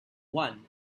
one